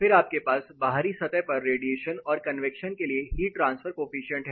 फिर आपके पास बाहरी सतह पर रेडिएशन और कन्वैक्शन के लिए हीट ट्रांसफर कॉएफिशिएंट है